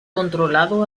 controlado